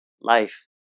life